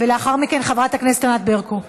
ולאחר מכן, חברת הכנסת ענת ברקו.